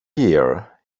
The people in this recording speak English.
year